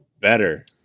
better